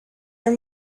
are